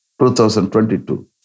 2022